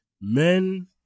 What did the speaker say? men